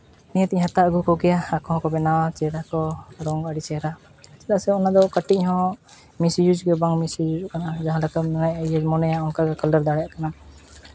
ᱱᱤᱦᱟᱹᱛ ᱤᱧ ᱦᱟᱛᱟᱣ ᱟᱹᱜᱩ ᱟᱠᱚᱜᱮᱭᱟ ᱟᱠᱚ ᱦᱚᱸᱠᱚ ᱵᱮᱱᱟᱣᱟ ᱪᱮᱫ ᱟᱠᱚ ᱨᱚᱝ ᱟᱹᱰᱤ ᱪᱮᱦᱨᱟ ᱪᱮᱫᱟᱜ ᱥᱮ ᱚᱱᱟᱫᱚ ᱠᱟᱹᱴᱤᱡ ᱤᱧ ᱦᱚᱸ ᱢᱤᱥ ᱤᱭᱩᱡᱽ ᱜᱮ ᱵᱟᱝ ᱢᱤᱥ ᱤᱭᱩᱡᱚᱜ ᱠᱟᱱᱟ ᱡᱟᱦᱟᱸ ᱞᱮᱠᱟᱢ ᱢᱚᱱᱮ ᱤᱭᱟᱹ ᱢᱚᱱᱮᱭᱟ ᱚᱱᱠᱟ ᱜᱮ ᱠᱟᱞᱟᱨ ᱫᱟᱲᱮᱭᱟᱜ ᱠᱟᱱᱟ